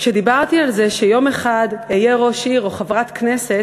כשדיברתי על זה שיום אחד אהיה ראש עיר או חברת כנסת,